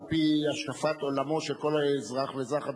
על-פי השקפת עולמו של כל אזרח ואזרח.